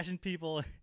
people